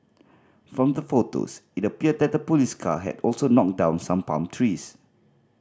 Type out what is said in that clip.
from the photos it appeared that the police car had also knocked down some palm trees